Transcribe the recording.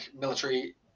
military